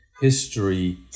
history